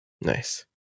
nice